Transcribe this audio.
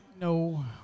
no